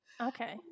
Okay